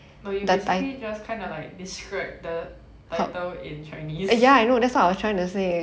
but we basically just kinda like describe the title in chinese